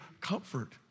comfort